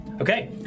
Okay